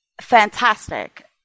fantastic